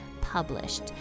published